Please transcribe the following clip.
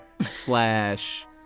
slash